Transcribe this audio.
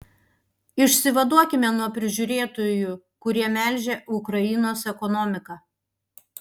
išsivaduokime nuo prižiūrėtojų kurie melžia ukrainos ekonomiką